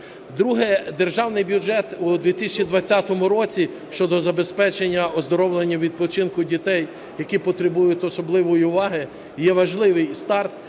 Друге. Державний бюджет у 2020 році щодо забезпечення оздоровлення відпочинку дітей, які потребують особливої уваги, є важливий. І старт,